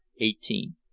Eighteen